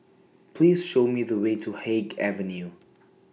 Please Show Me The Way to Haig Avenue